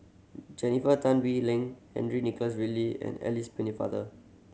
Jennifer Tan Bee Leng Henry Nicholas Ridley and Alice Pennefather